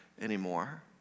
anymore